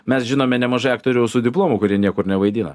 mes žinome nemažai aktorių su diplomu kurie niekur nevaidina